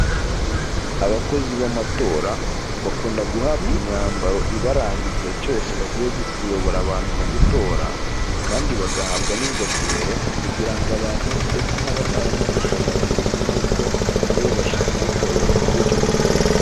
Abakozi b'amatora bakunda guhabwa imyambaro ibaranga, igihe cyose bagiye kuyobora abantu mu gutora kandi bagahabwa n'ingofero, kugira ngo abantu ndetse n'abatazi gusoma babimenye ko aribo bashinzwe kubayobora muri icyo gikorwa.